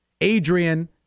Adrian